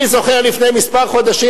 אני זוכר לפני כמה חודשים,